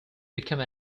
become